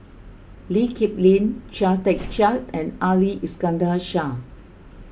Lee Kip Lin Chia Tee Chiak and Ali Iskandar Shah